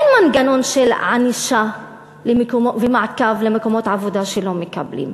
אין מנגנון של ענישה ומעקב על מקומות עבודה שלא מקבלים.